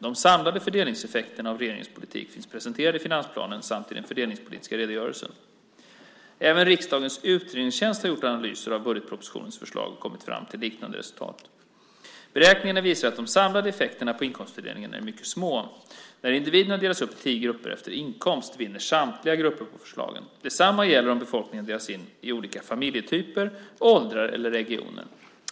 De samlade fördelningseffekterna av regeringens politik finns presenterade i finansplanen samt i den fördelningspolitiska redogörelsen. Även riksdagens utredningstjänst har gjort analyser av budgetpropositionens förslag och kommit fram till liknande resultat. Beräkningarna visar att de samlade effekterna på inkomstfördelningen är mycket små. När individerna delas in i tio grupper efter inkomst vinner samtliga grupper på förslagen. Detsamma gäller om befolkningen delas in i olika familjetyper, åldrar eller regioner.